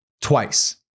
twice